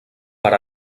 per